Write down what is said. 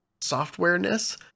Software-ness